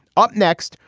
up next,